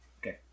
Okay